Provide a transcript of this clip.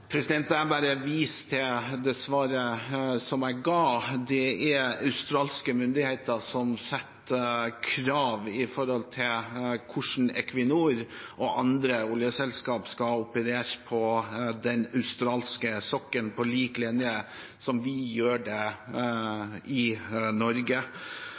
Jeg bare viser til det svaret jeg ga. Det er australske myndigheter som stiller krav når det gjelder hvordan Equinor og andre oljeselskap skal operere på den australske sokkelen, på lik linje med måten vi gjør det på i Norge.